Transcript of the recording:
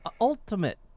ultimate